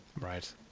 Right